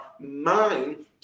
mind